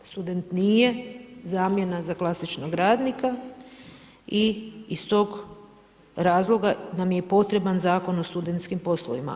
Student nije zamjena za klasičnog radnika i iz tog razloga nam je i potreban Zakon o studentskim poslovima.